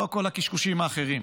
לא כל הקשקושים האחרים.